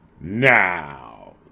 now